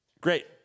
Great